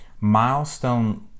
Milestone